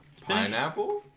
Pineapple